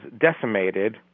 decimated